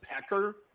Pecker